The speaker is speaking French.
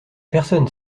personne